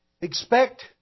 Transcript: Expect